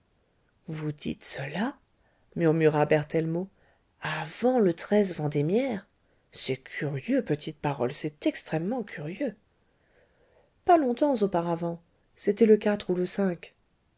vous dites cela murmura berthellemot avant le vendémiaire c'est curieux petite parole c'est extrêmement curieux pas longtemps auparavant c'était le ou le